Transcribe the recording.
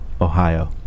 Ohio